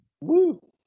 Woo